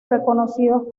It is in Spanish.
reconocidos